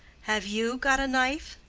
have you got a knife?